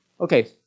Okay